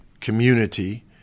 community